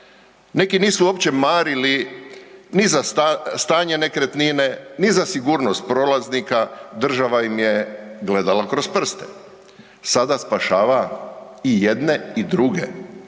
Neki nisu uopće marili ni za stanje nekretnine, ni za sigurnost prolaznika, država im je gledala kroz prste, sada spašava i jedne i druge.